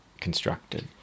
constructed